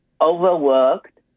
overworked